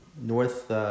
North